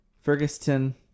Ferguson